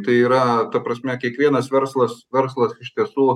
tai yra ta prasme kiekvienas verslas verslas iš tiesų